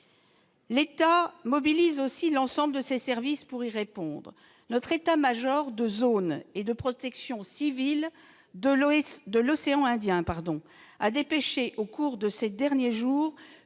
L'État mobilise aussi l'ensemble de ses services pour y répondre. Notre état-major de zone et de protection civile de l'océan Indien a dépêché, au cours de ces derniers jours,